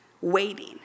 waiting